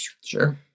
sure